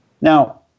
Now